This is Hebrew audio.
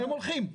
והם הולכים.